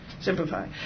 Simplify